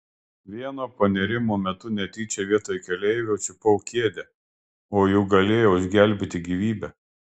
vieno panėrimo metu netyčia vietoj keleivio čiupau kėdę o juk galėjau išgelbėti gyvybę